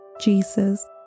Jesus